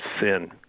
sin